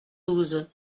douze